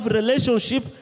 relationship